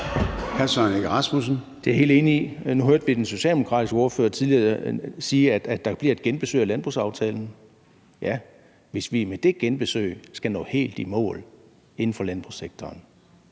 Søren Egge Rasmussen (EL): Jeg er helt enig. Nu hørte vi den socialdemokratiske ordfører sige tidligere, at man vil genbesøge landbrugsaftalen – hvis vi med det genbesøg skal nå helt i mål inden for landbrugssektoren,